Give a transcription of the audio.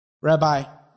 Rabbi